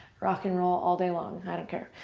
rock and roll all day long. i don't care.